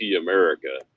America